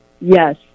Yes